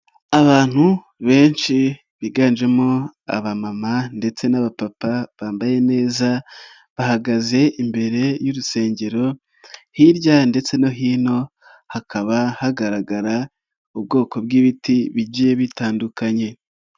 Abantu benshi biganjemo aba mama ndetse n'aba papa bambaye neza, bahagaze imbere y'urusengero hirya ndetse no hino hakaba hagaragara ubwoko bw'ibiti bigiye bitandukanye.